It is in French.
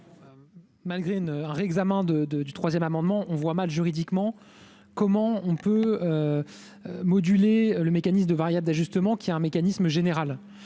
Malgré un réexamen de l'amendement n° I-1696 rectifié, on voit mal juridiquement comment on peut moduler le mécanisme de variable d'ajustement qui est un mécanisme général.